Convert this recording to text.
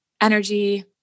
Energy